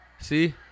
See